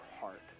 heart